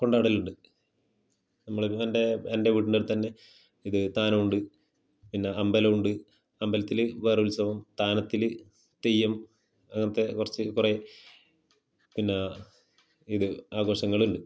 കൊണ്ടാടലുണ്ട് നമ്മളിത് എൻ്റെ എൻ്റെ വീട്ടിൻ്റെ അടുത്തന്നെ ഇത് താനമുണ്ട് പിന്നെ അമ്പലമുണ്ട് അമ്പലത്തിൽ വേറെ ഉത്സവം താനത്തിൽ തെയ്യം മറ്റെ കുറച്ച് കുറെ പിന്നെ ഇത് ആഘോഷങ്ങളുണ്ട്